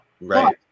Right